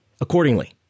Accordingly